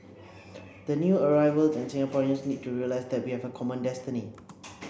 the new arrivals and Singaporeans need to realise that we have a common destiny